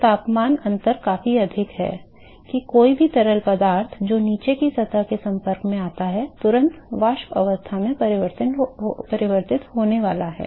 तो तापमान अंतर काफी अधिक है कि कोई भी तरल पदार्थ जो नीचे की सतह के संपर्क में आता है तुरंत वाष्प अवस्था में परिवर्तित होने वाला है